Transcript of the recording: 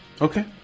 okay